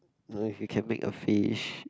no if you can make a fish